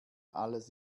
alles